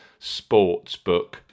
Sportsbook